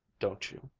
don't you!